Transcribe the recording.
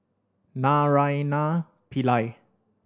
Naraina Pillai